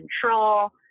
control